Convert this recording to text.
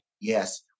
yes